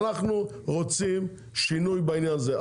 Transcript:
אנחנו רוצים שינוי בעניין הזה.